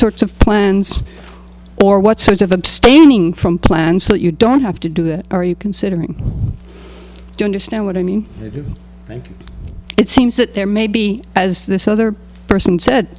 sorts of plans or what sorts of abstaining from plans that you don't have to do that are you considering to understand what i mean it seems that there may be as this other person said